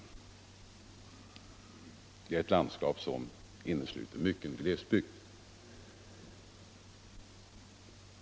Det är ett landskap som innesluter mycken glesbygd.